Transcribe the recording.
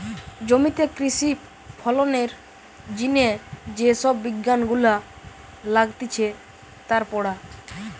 জমিতে কৃষি ফলনের জিনে যে সব বিজ্ঞান গুলা লাগতিছে তার পড়া